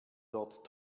dort